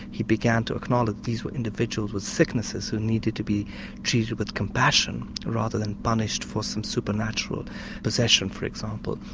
he began to acknowledge that these were individuals with sicknesses who needed to be treated with compassion rather than punished for some super natural possession for example.